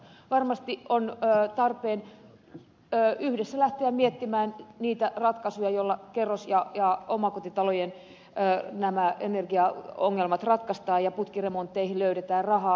varmasti on tarpeen yhdessä lähteä miettimään niitä ratkaisuja joilla kerros ja omakotitalojen energiaongelmat ratkaistaan ja putkiremontteihin löydetään rahaa